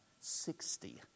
Sixty